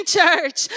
church